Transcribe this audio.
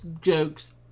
jokes